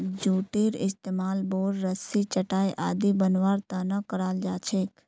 जूटेर इस्तमाल बोर, रस्सी, चटाई आदि बनव्वार त न कराल जा छेक